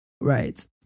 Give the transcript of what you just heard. right